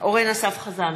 אורן אסף חזן,